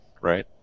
right